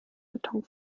beton